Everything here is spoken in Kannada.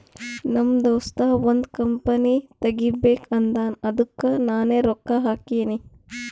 ನಮ್ ದೋಸ್ತ ಒಂದ್ ಕಂಪನಿ ತೆಗಿಬೇಕ್ ಅಂದಾನ್ ಅದ್ದುಕ್ ನಾನೇ ರೊಕ್ಕಾ ಹಾಕಿನಿ